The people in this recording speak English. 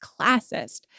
classist